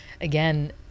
again